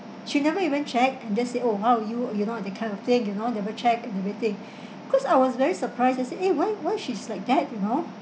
she never even checked and then said oh how are you you know that kind of thing you know double checked and everything cause I was very surprised I said eh why why she's like that you know